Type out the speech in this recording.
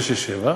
667,